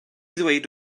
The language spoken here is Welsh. ddweud